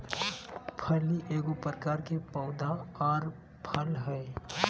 फली एगो प्रकार के पौधा आर फल हइ